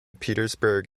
petersburg